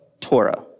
Torah